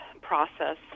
process